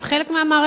הם חלק מהמערכת,